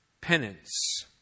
Penance